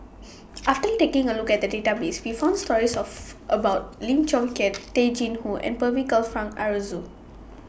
after taking A Look At The Database We found stories of about Lim Chong Keat Tay Chin Joo and Percival Frank Aroozoo